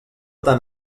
tant